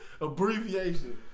Abbreviation